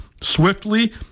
swiftly